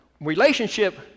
relationship